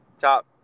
top